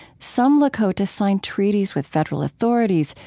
some lakota signed treaties with federal authorities,